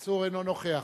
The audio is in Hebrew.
(קוראת בשמות חברי הכנסת) אברהים צרצור, אינו נוכח